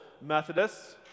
Methodists